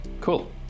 Cool